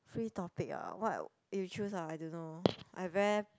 free topic ah what you choose ah I don't know I very